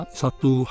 satu